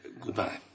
Goodbye